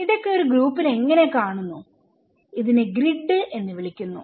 ഇതൊക്കെ ഒരു ഗ്രൂപ്പിൽ എങ്ങനെ കാണുന്നു ഇതിനെ ഗ്രിഡ് എന്ന് വിളിക്കുന്നു